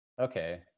okay